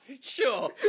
Sure